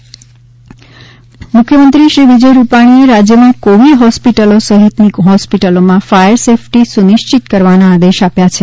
મુખ્યમંત્રી મુખ્યમંત્રી શ્રી વિજય રૂપાણી એ રાજ્યમાં કોવિડ હોસ્પિટલો સહિતની હોસ્પિટલોમાં ફાયર સેફટી સુનિશ્ચિત કરવાના આદેશ આપ્યા છે